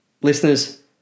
Listeners